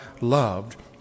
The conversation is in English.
loved